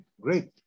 great